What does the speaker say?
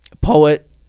Poet